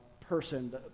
person